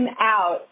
out